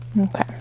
Okay